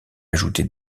ajoutait